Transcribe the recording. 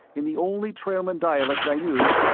in the only trailman dialect i knew,